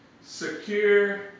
Secure